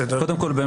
קודם כל,